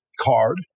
card